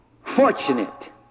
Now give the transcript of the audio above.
fortunate